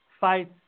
fights